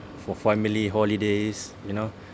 for family holidays you know